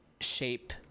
shape